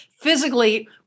physically